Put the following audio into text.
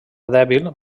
dèbil